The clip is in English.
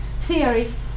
theories